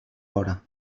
hora